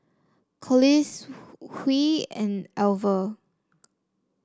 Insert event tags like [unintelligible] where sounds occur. Collis [unintelligible] Huy and Alver